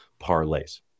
parlays